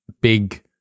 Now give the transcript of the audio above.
big